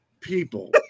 people